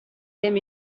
them